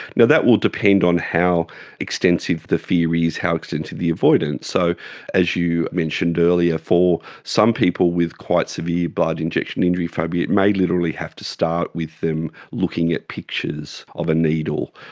yeah that will depend on how extensive the fear is, how extensive the avoidance. so as you mentioned earlier, for some people with quite severe blood-injection-injury phobia it may literally have to start with them looking at pictures of a needle,